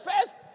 first